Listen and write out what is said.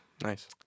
nice